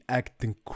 acting